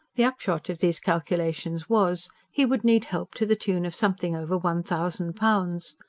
the upshot of these calculations was he would need help to the tune of something over one thousand pounds.